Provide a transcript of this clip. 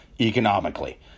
economically